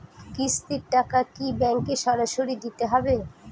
কিস্তির টাকা কি ব্যাঙ্কে সরাসরি দিতে হবে?